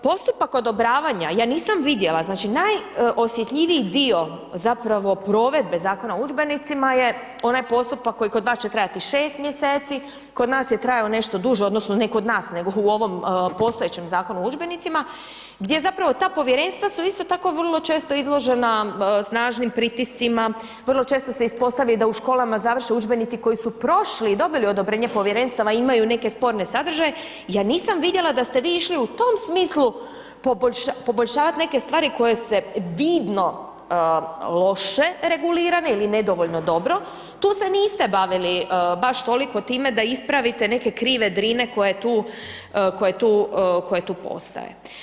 Postupak odobravanja, ja nisam vidjela znači najosjetljiviji dio zapravo provedbe Zakona o udžbenicima je onaj postupak koji kod vas će trajati 6 mjeseci, kod nas je trajao nešto duže, odnosno ne kod nas nego u ovom postojećem Zakonu o udžbenicima, gdje zapravo ta povjerenstva su isto tako vrlo često izložena snažnim pritiscima, vrlo često se ispostavi da u škola završe udžbenici koji su prošli i dobili odobrenje povjerenstava i imaju neke sporne sadržaje, ja nisam vidjela da ste vi išli u tom smislu poboljšavat neke stvari koje se vidno loše regulirani ili nedovoljno dobro, tu se niste bavili baš toliko time da ispravite neke krive drine koje tu, koje tu, koje tu postoje.